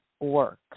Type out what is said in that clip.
work